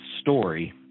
story